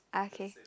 ah k